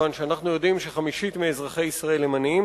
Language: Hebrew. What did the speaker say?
מכיוון שאנחנו יודעים שחמישית מאזרחי ישראל הם עניים.